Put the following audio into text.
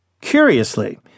Curiously